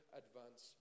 advance